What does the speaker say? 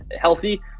healthy